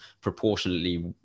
proportionately